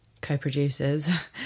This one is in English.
co-producers